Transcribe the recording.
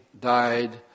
died